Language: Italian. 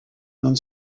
non